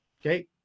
Okay